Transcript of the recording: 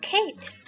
Kate